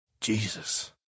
Jesus